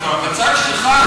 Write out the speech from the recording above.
בצד שלך,